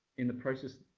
in the process,